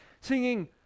singing